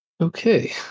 Okay